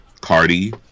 Cardi